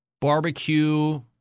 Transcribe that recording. barbecue